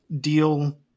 deal